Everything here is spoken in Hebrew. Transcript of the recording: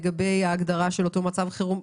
לגבי ההגדרה של אותו מצב החירום,